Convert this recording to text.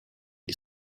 die